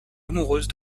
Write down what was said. amoureuse